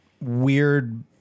weird